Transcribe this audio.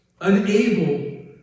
Unable